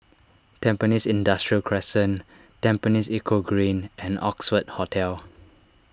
Tampines Industrial Crescent Tampines Eco Green and Oxford Hotel